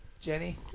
Jenny